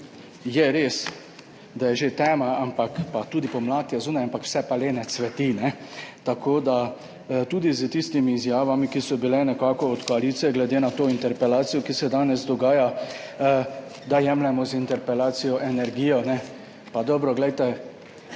Res je, da je že tema, pa tudi pomlad je zunaj, ampak vse pa le ne cveti. Tudi s tistimi izjavami, ki so bile od koalicije glede na to interpelacijo, ki se danes dogaja, da jemljemo z interpelacijo energijo – pa dobro, glejte,